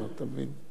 אתה מבין.